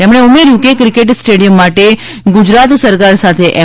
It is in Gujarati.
તેમણે ઉમેર્યું હતું કે ક્રિકેટ સ્ટેડિયમ માટે ગુજરાત સરકાર સાથે એમ